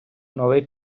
новий